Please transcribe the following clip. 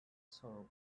sorrow